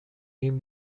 این